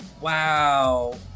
Wow